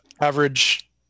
Average